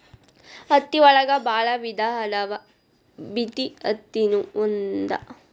ಹತ್ತಿ ಒಳಗ ಬಾಳ ವಿಧಾ ಅದಾವ ಬಿಟಿ ಅತ್ತಿ ನು ಒಂದ